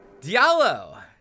Diallo